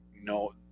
no